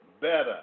better